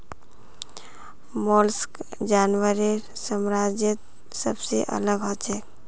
mollusc जानवरेर साम्राज्यत सबसे अलग हछेक